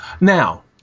Now